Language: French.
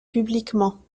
publiquement